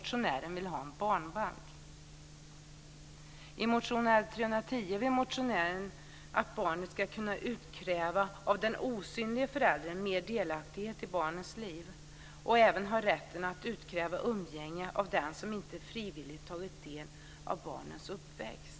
I motion L310 vill motionären att barnet ska kunna utkräva mer delaktighet i barnets liv av den osynlige föräldern och även ha rätt att utkräva umgänge av den som inte frivilligt tagit del av barnets uppväxt.